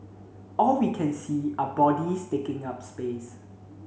all we can see are bodies taking up space